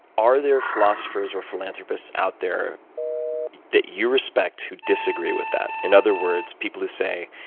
are there philosophers or philanthropists out there that you respect who disagree with that? in other words, people who say,